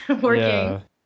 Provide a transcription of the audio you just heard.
working